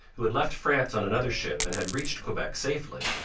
who had left france on another ship and had reached quebec safely,